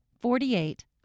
forty-eight